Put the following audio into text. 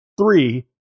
Three